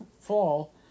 fall